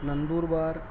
نندور بار